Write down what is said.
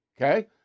Okay